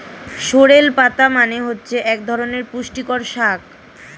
sorrel পাতা মানে হচ্ছে এক ধরনের পুষ্টিকর শাক